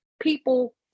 people